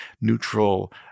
neutral